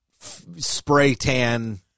spray-tan